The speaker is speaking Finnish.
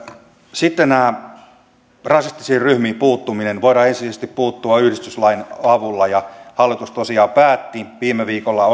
sitten tämä rasistisiin ryhmiin puuttuminen voidaan ensisijaisesti puuttua yhdistyslain avulla ja hallitus tosiaan päätti viime viikolla